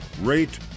rate